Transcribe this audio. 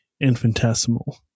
infinitesimal